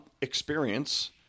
experience